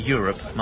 Europe